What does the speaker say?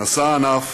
"ונשא ענף